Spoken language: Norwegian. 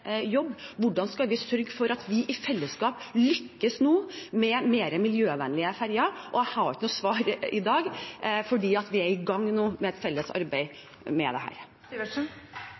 jobb, og hvordan vi skal sørge for at vi i fellesskap nå lykkes med mer miljøvennlige ferjer. Jeg har ikke noe svar i dag fordi vi nå er i gang med et felles arbeid med dette. Det